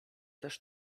też